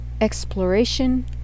Exploration